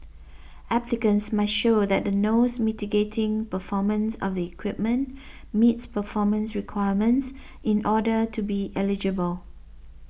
applicants must show that the nose mitigating performance of the equipment meets performance requirements in order to be eligible